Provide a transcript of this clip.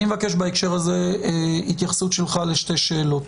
אני מבקש בהקשר הזה התייחסות שלך לשתי שאלות,